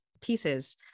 pieces